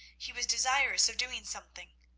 he was desirous of doing something.